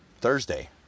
thursday